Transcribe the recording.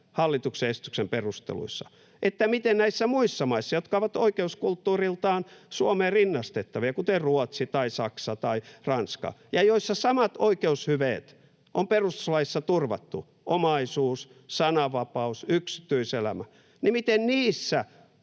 hallituksen esityksen perusteluissa, että miten näissä maissa, jotka ovat oikeuskulttuuriltaan Suomeen rinnastettavia, kuten Ruotsi tai Saksa tai Ranska, ja joissa samat oikeushyveet eli omaisuus, sananvapaus ja yksityiselämä on perustuslaissa